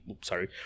sorry